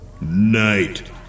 Night